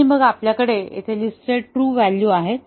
आणि मग आपल्याकडे येथे लिस्टेड ट्रू व्हॅल्यू आहेत